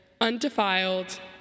undefiled